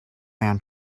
man